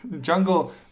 Jungle